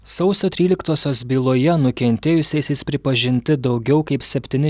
sausio tryliktosios byloje nukentėjusiaisiais pripažinti daugiau kaip septyni